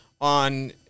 on